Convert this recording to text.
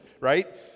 right